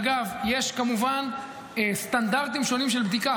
אגב, יש כמובן סטנדרטים שונים של בדיקה.